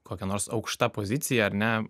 kokia nors aukšta pozicija ar ne